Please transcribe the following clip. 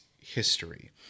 history